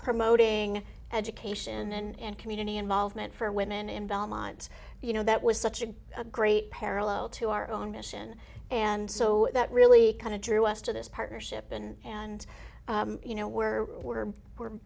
promoting education and community involvement for women in belmont you know that was such a great parallel to our own mission and so that really kind of drew us to this partnership and you know we're we're we're